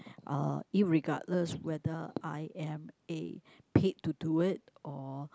uh irregardless whether I am A paid to do it or